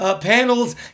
panels